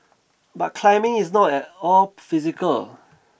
but climbing is not at all physical